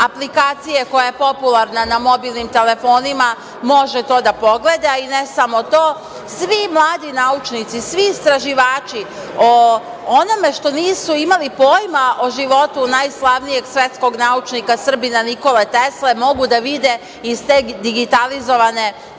aplikacije koja popularna na mobilnim telefonima, može to da pogleda, i ne samo to, svi mladi naučnici, svi istraživači o onome što nisu imali pojma o životu najslavnijeg svetskog naučnika, Srbina, Nikole Tesle, mogu da vide iz te digitalizovane građe